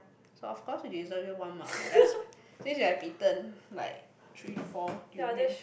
so of course you deserve you one mark as this has bitten like three to four durian